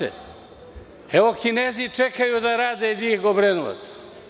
Evo, Kinezi čekaju da rade Ljig-Obrenovac.